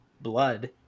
blood